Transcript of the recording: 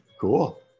Cool